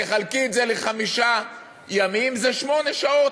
תחלקי את זה לחמישה ימים, זה שמונה שעות.